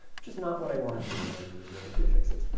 which is not what i want to do when i use unit prefixes.